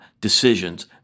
decisions